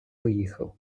поїхав